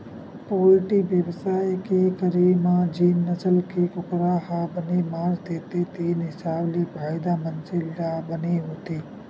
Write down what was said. poultry बेवसाय के करे म जेन नसल के कुकरा ह बने मांस देथे तेने हिसाब ले फायदा मनसे ल बने होथे